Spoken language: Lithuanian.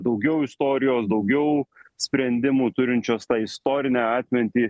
daugiau istorijos daugiau sprendimų turinčios tą istorinę atmintį